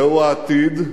זהו העתיד,